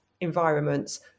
environments